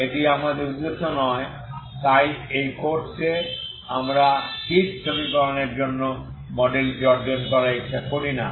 এটি আমাদের উদ্দেশ্য নয় তাই এই কোর্সে আমরা হিট সমীকরণের জন্য মডেলটি অর্জন করার ইচ্ছা করি না